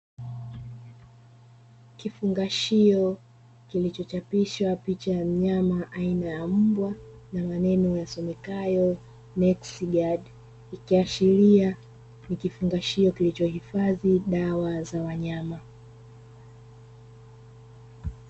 Kifungashio kilichochapishwa picha ya mnyama aina ya mbwa, na maneno yasomekayo "NexGard", ikiashiria ni kifungashio kilichohifadhi dawa za wanyama.